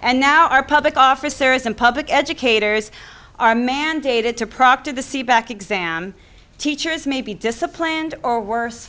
and now our public office there is some public educators are mandated to proctor the seat back exam teachers may be disciplined or worse